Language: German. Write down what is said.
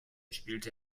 spielte